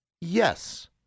Yes